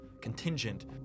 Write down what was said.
contingent